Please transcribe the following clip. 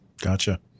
Gotcha